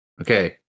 Okay